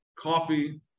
coffee